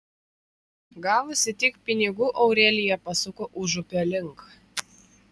gavusi tiek pinigų aurelija pasuko užupio link